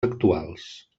actuals